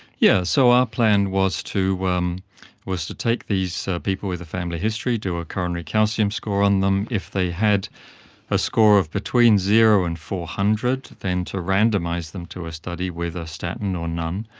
yes, so our plan was to um was to take these people with a family history, do a coronary calcium score on them. if they had a score of between zero and four hundred, then to randomise them to a study with a statin or none.